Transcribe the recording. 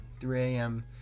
3am